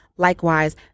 Likewise